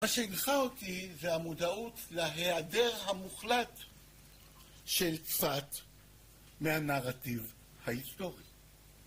מה שהנחה אותי, זה המודעות להיעדר המוחלט של צפת מהנרטיב ההיסטורי.